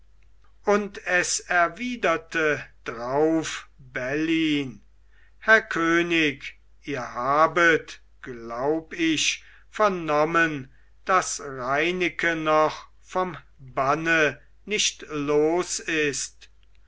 und es erwiderte drauf bellyn herr könig ihr habet glaub ich vernommen daß reineke noch vom banne nicht los ist